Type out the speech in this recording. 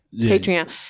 Patreon